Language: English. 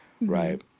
right